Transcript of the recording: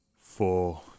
Four